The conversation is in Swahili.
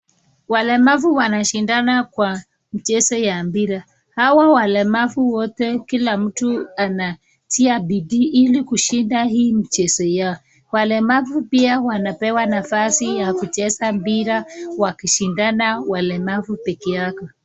Walemavu wanashindana kwa mchezo ya mpira. hawa walemavu wote kila mtu anatia bidii ili kushinda hii mchezo yao. walemavu pia wanapewa nafasi ya kucheza mpira wakishindana walemavu peke yao.